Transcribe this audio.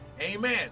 Amen